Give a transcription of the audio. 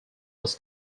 was